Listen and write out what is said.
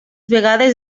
vegades